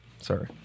Sorry